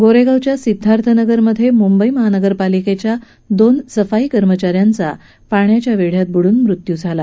गोरेगावच्या सिद्धार्थनगरमधे मुंबई महानगरपालिकेच्या दोन सफाई कर्मचाऱ्यांचा पाण्याच्या वेढ्यात बुडून मृत्यू झाला